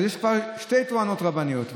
אז יש כבר שתי טוענות רבניות.